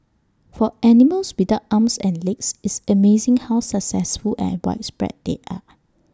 for animals without arms and legs it's amazing how successful and widespread they are